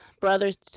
brothers